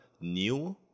new